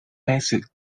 basic